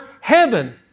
heaven